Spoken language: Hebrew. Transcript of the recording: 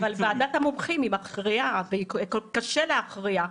אבל ועדת המומחים מכריעה וקשה להכריע.